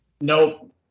Nope